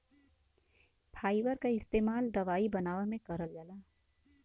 fibre क इस्तेमाल दवाई बनावे में करल जाला